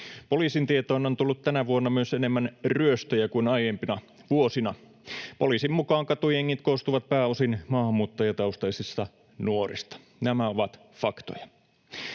Poliisin tietoon on tullut tänä vuonna myös enemmän ryöstöjä kuin aiempina vuosina. Poliisin mukaan katujengit koostuvat pääosin maahanmuuttajataustaisista nuorista. Nämä ovat faktoja.